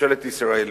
ממשלת ישראל,